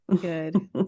Good